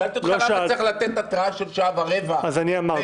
שאלתי אותך למה צריך לתת התראה של שעה ורבע לישיבה.